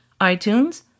iTunes